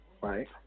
right